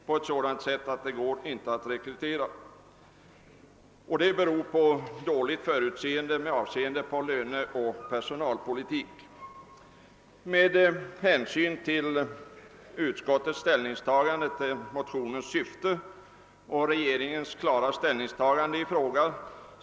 En löneoch personalpolitik som får ett sådant resultat visar dåligt förut Utskottet har uttalat sig positivt om motionernas syfte och regeringen har gjort ett klart ställningstagande i denna fråga.